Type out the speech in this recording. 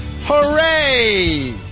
Hooray